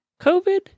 COVID